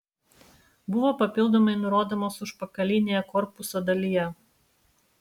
buvo papildomai nurodomas užpakalinėje korpuso dalyje